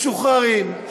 משוחררים,